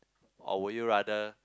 or will you rather